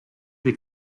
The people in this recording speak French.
des